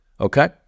okay